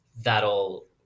That'll